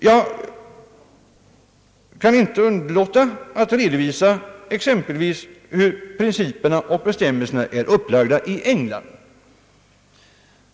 Jag kan inte underlåta att redovisa ex empelvis hur principerna och bestämmelserna är upplagda i England.